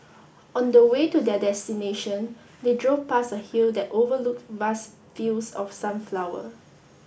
on the way to their destination they drove past a hill that overlooked vast fields of sunflower